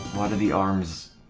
why do the arms